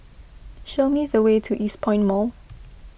show me the way to Eastpoint Mall